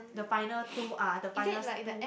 the final two ah the final two